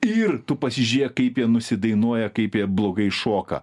ir tu pasižiūrėk kaip jie nusidainuoja kaip jie blogai šoka